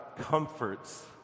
comforts